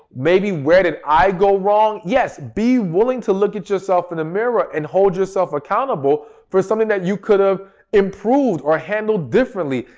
maybe, where did i go wrong? yes, be willing to look at yourself in the mirror and hold yourself accountable for something that you could have improved or handled differently.